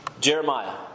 Jeremiah